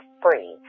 free